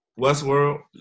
Westworld